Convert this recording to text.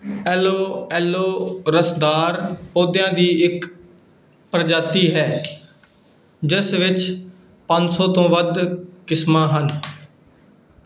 aloe aloe ਰਸਦਾਰ ਪੌਦਿਆਂ ਦੀ ਇੱਕ ਪ੍ਰਜਾਤੀ ਹੈ ਜਿਸ ਵਿੱਚ ਪੰਜ ਸੌ ਤੋਂ ਵੱਧ ਕਿਸਮਾਂ ਹਨ